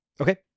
Okay